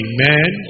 Amen